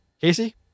Casey